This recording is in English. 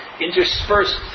interspersed